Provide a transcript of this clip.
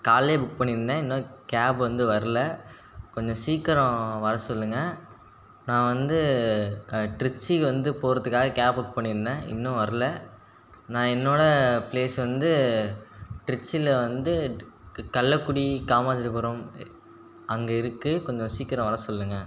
காலைலேயே book பண்ணிருந்தேன் இன்னும் cab வந்து வரல கொஞ்சம் சீக்கிரம் வர சொல்லுங்கள் நான் வந்து திருச்சிக்கு வந்து போகிறதுக்காக கேப் புக் பண்ணிருந்தேன் இன்னும் வரல நான் என்னோட ப்லேஸ் வந்து திருச்சியில வந்து தள்ளக்குடி தாமஜரபுரம் அங்கே இருக்குது கொஞ்சம் சீக்கிரம் வர சொல்லுங்கள்